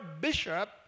bishop